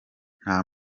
nta